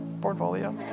portfolio